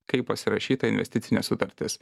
kai pasirašyta investicinė sutartis